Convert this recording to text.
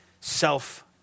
self